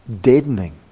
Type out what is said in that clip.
deadening